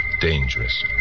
dangerous